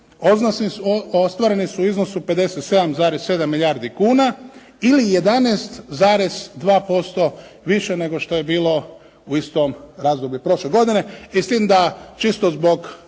ostvareni su u iznosu od 57,7 milijardi kuna ili 11,2% više nego što je bilo u istom razdoblju i prošle godine i s tim da čisto zbog